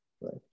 right